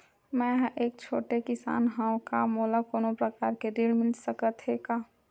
मै ह एक छोटे किसान हंव का मोला कोनो प्रकार के ऋण मिल सकत हे का?